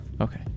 Okay